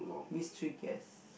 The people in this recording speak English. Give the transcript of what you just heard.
mystery guest